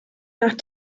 nach